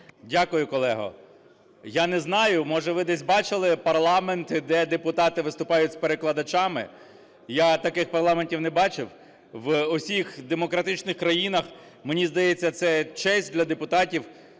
Дякую, колего! Я не знаю, може ви десь бачили парламенти, де депутати виступають з перекладачами, я таких парламентів не бачив. У всіх демократичних країнах, мені здається, це честь для депутатів